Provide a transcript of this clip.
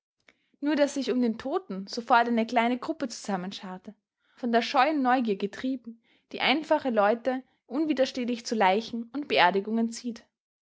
nur daß sich um den toten sofort eine kleine gruppe zusammenscharte von der scheuen neugier getrieben die einfache leute unwiderstehlich zu leichen und beerdigungen zieht